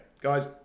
Guys